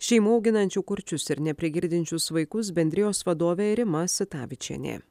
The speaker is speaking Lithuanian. šeimų auginančių kurčius ir neprigirdinčius vaikus bendrijos vadovė rima sitavičienė